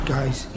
Guys